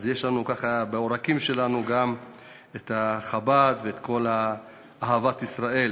אז יש לנו בעורקים שלנו את חב"ד וכל אהבת ישראל.